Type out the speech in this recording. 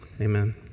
Amen